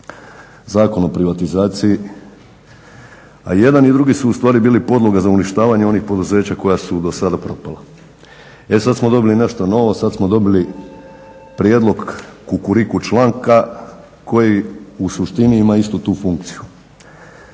Zakon o privatizaciji, a jedan i drugi su u stvari bili podloga za uništavanje onih poduzeća koja su do sada propala. E sad smo dobili nešto novo, sad smo dobili prijedlog Kukuriku članka koji u suštini ima istu tu funkciju.